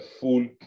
full